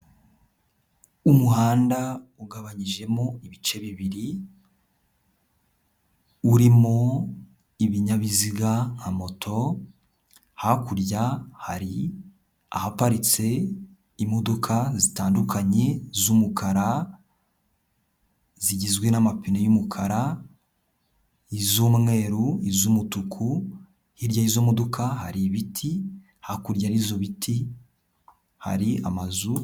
Umuhanda ugabanyijemo ibice bibiri, uririmo ibinyabiziga nk'amoto, hakurya hari ahaparitse imodoka zitandukanye z'umukara zigizwe n'amapine y'umukara, iz'umweru, iz'umutuku, hirya y'izo modoka hari ibiti, hakurya y'ibyo biti hari amazu.